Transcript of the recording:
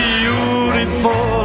beautiful